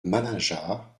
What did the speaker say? malingear